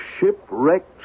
shipwrecked